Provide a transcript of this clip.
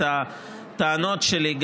את הטענות שלי,